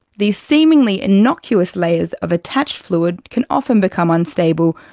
these seemingly innocuous layers of attached fluid can often become unstable,